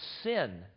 sin